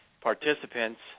participants